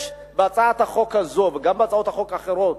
יש בהצעת החוק הזאת, וגם בהצעות החוק האחרות,